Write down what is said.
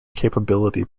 capability